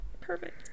Perfect